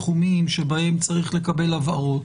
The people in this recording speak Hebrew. תחומים שבהם צריך לקבל הבהרות.